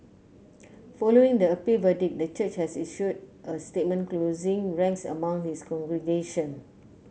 following the appeal verdict the church has issued a statement closing ranks among its congregation